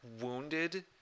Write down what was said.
wounded